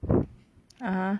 (uh huh)